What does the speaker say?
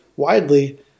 widely